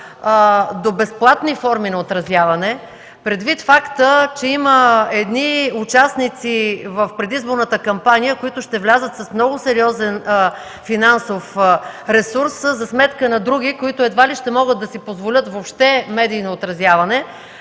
до безплатни форми на отразяване; предвид факта, че има едни участници в предизборната кампания, които ще влязат с много сериозен финансов ресурс за сметка на други, които едва ли ще могат да си позволят въобще медийно отразяване